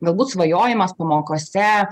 galbūt svajojimas pamokose